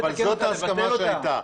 זו ההסכמה שהיתה.